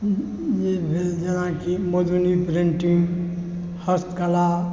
जे भेल जेनाकि मधुबनी पेन्टिङ्ग हस्तकला